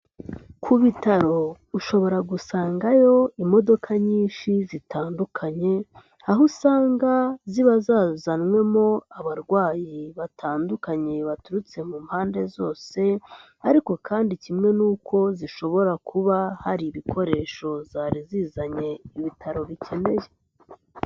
Ku bitaro ushobora gusangayo imodoka nyinshi zitandukanye, aho usanga ziba zazanwemo abarwayi batandukanye baturutse mu mpande zose, ariko kandi kimwe nuko zishobora kuba hari ibikoresho zari zizanye ibitaro bikeneye.